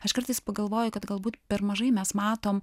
aš kartais pagalvoju kad galbūt per mažai mes matome